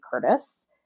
Curtis